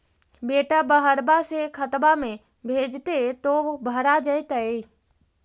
बेटा बहरबा से खतबा में भेजते तो भरा जैतय?